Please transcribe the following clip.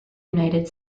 united